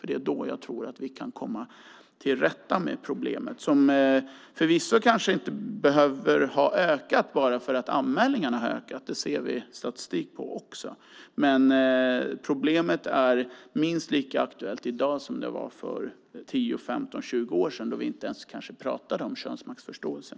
Det är så jag tror att vi kan komma till rätta med problemet, som förvisso kanske inte behöver ha ökat bara för att anmälningarna har ökat. Det ser vi också statistik på. Men problemet är minst lika aktuellt i dag som det var för 10, 15, 20 år sedan, då vi kanske inte ens pratade om könsmaktsfrågor.